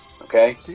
Okay